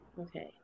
okay